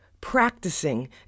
practicing